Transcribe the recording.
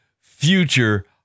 future